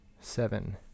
Seven